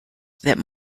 that